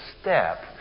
step